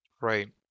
Right